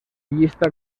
llista